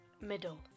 Middle